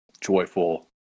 joyful